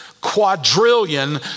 quadrillion